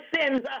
sins